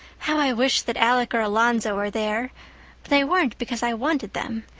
how i wished that alec or alonzo were there. but they weren't because i wanted them.